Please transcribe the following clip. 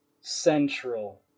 central